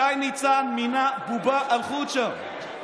שי ניצן מינה בובה על חוט שם.